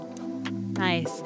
Nice